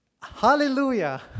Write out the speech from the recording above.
Hallelujah